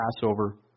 Passover